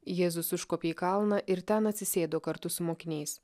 jėzus užkopė į kalną ir ten atsisėdo kartu su mokiniais